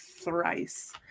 thrice